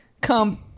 Come